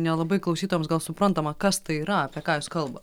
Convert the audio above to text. nelabai klausytojams gal suprantama kas tai yra apie ką kalba